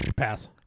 pass